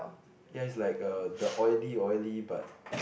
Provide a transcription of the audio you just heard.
ya is like uh the oily oily but